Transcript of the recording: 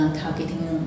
targeting